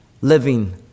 living